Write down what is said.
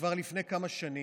כבר לפני כמה שנים.